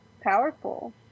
powerful